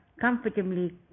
comfortably